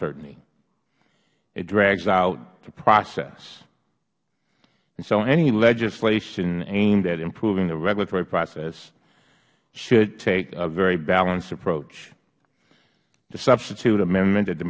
uncertainty it drags out the process so any legislation aimed at improving the regulatory process should take a very balanced approach the substitute amendment that the